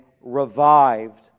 revived